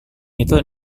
itu